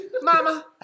Mama